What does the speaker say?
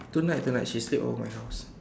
tonight tonight she sleep over my house